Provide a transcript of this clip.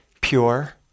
pure